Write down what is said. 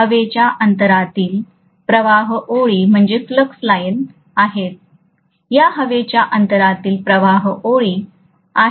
तर या हवेच्या अंतरातील प्रवाह ओळी आहेत या हवेच्या अंतरातील प्रवाह ओळी आहेत